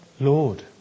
Lord